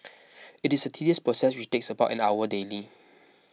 it is a tedious process which takes about an hour daily